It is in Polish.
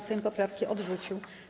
Sejm poprawki odrzucił.